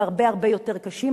הן הרבה יותר קשות.